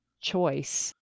choice